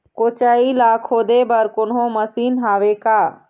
कोचई ला खोदे बर कोन्हो मशीन हावे का?